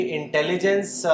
intelligence